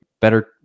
better